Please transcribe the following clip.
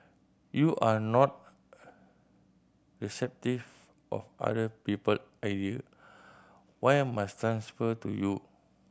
you are not receptive of other people area why must transfer to you